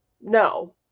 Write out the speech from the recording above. No